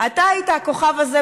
אתה היית הכוכב הזה,